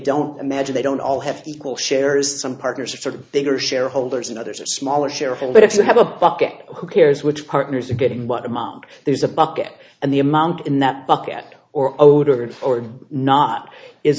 don't imagine they don't all have equal shares some partners are sort of bigger shareholders and others are smaller share him but if you have a bucket who cares which partners are getting what amount there's a bucket and the amount in that bucket at or odor or not is